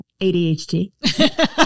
ADHD